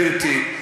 גברתי,